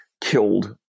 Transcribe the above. killed